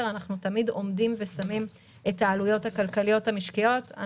אנחנו תמיד שמים את העלויות הכלכליות המשקיות.